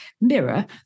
mirror